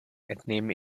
entnehme